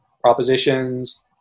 propositions